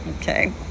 Okay